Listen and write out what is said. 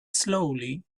slowly